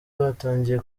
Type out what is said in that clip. batangiye